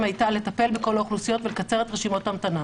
הייתה לטפל בכל האוכלוסיות ולקצר את רשימות ההמתנה.